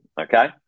okay